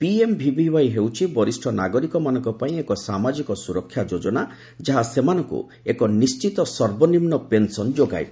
PMVVY ହେଉଛି ବରିଷ୍ଣ ନାଗରିକମାନଙ୍କପାଇଁ ଏକ ସାମାଜିକ ସୁରକ୍ଷା ଯୋଜନା ଯାହା ସେମାନଙ୍କୁ ଏକ ନିଶ୍ଚିତ ସର୍ବନିମ୍ବ ପେନ୍ସନ୍ ଯୋଗାଇବ